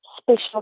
special